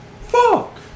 Fuck